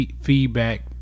feedback